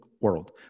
world